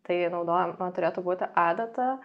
tai naudojam na turėtų būti adata